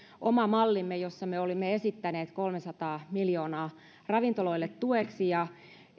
oma mallimme jossa me olimme esittäneet kolmesataa miljoonaa ravintoloille tueksi ja